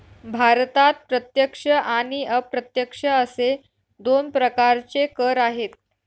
भारतात प्रत्यक्ष आणि अप्रत्यक्ष असे दोन प्रकारचे कर आहेत